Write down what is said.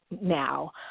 now